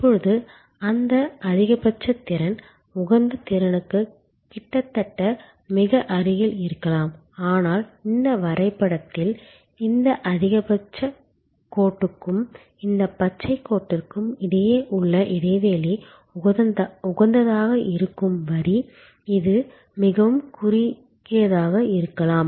இப்போது அந்த அதிகபட்ச திறன் உகந்த திறனுக்கு கிட்டத்தட்ட மிக அருகில் இருக்கலாம் அதனால் இந்த வரைபடத்தில் இந்த அதிகபட்ச கோடுக்கும் இந்த பச்சை கோட்டிற்கும் இடையே உள்ள இடைவெளி உகந்ததாக இருக்கும் வரி இது மிகவும் குறுகியதாக இருக்கலாம்